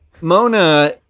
Mona